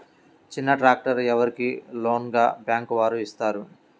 చిన్న ట్రాక్టర్ ఎవరికి లోన్గా బ్యాంక్ వారు ఇస్తారు?